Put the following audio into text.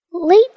Late